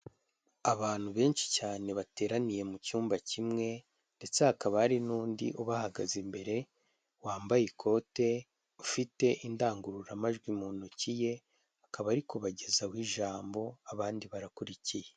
Abantu benshi cyane bateraniye mu cyumba kimwe, ndetse hakaba hari n'undi ubahagaze imbere, wambaye ikote, ufite indangururamajwi mu ntoki ye, akaba ari kubagezaho ijambo, abandi barakurikiye.